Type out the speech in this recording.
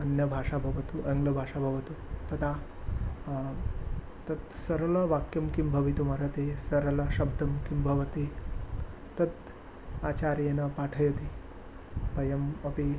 अन्यभाषा भवतु आङ्ग्लभाषा भवतु तदा तत् सरलवाक्यं किं भवितुमर्हति सरलशब्दं किं भवति तत् आचार्येण पाठयति वयम् अपि